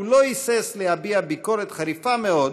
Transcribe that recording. הוא לא היסס להביע ביקורת חריפה מאוד,